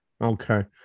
Okay